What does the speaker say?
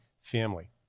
family